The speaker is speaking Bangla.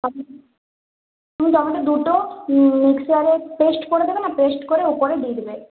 তুমি টমেটো দুটো মিক্সারে পেস্ট করে দেবে না পেস্ট করে উপরে দিয়ে দেবে